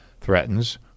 threatens